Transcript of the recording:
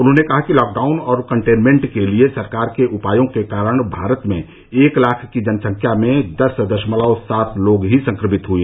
उन्होंने कहा कि लॉकडाउन और कंटेनमेंट के लिए सरकार के उपायों के कारण भारत में एक लाख की जनसंख्या में दस दशमलव सात लोग ही संक्रमित हुए